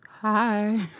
Hi